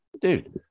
dude